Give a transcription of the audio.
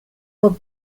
will